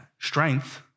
Strength